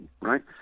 right